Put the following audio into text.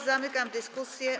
Zamykam dyskusję.